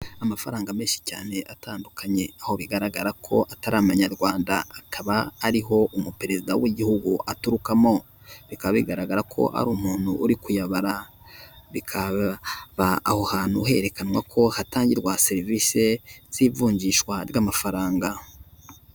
Amafaranga menshi cyane atandukanye aho bigaragara ko atari amanyarwanda, akaba ariho umuperezida w'igihugu aturukamo, bikaba bigaragara ko ari umuntu uri kuyabara, bikaba aho hantu herekanwa ko hatangirwa serivisi z'ivunjishwa ry'amafaranga.